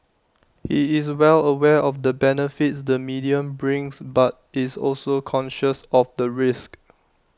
he is well aware of the benefits the medium brings but is also conscious of the risks